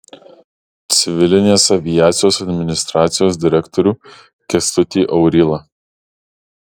civilinės aviacijos administracijos direktorių kęstutį aurylą